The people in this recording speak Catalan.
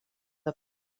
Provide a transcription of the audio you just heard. del